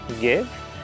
give